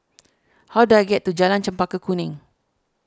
how do I get to Jalan Chempaka Kuning